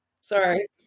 sorry